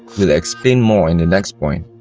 we'll explain more in the next point.